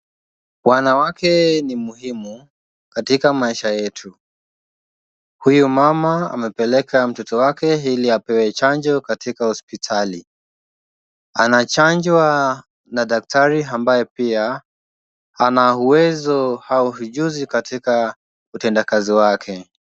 Wanawake ni muhimu katika maisha yetu. Huyu mama amepeleka mtoto wake ili apewe chanjo katika hospitali. Anachanjwa na daktari ambaye pia ana uwezo au ujuzi katika utendakazi wake.